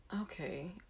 Okay